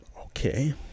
Okay